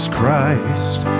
Christ